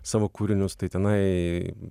savo kūrinius tai tenai